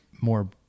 more